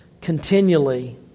continually